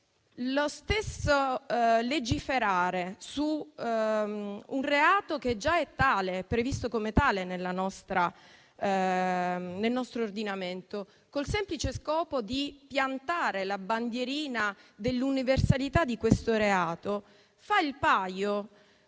lo stesso legiferare su un reato che già è previsto come tale nel nostro ordinamento, al semplice scopo di piantare la bandierina dell'universalità di questo reato, fa il paio